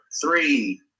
three